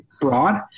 broad